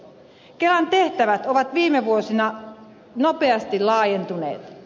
kelan tehtävät ovat viime vuosina nopeasti laajentuneet